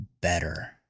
better